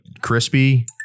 crispy